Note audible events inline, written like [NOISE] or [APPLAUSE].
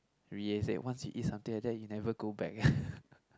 Reid said once you eat something like that you never go back [LAUGHS]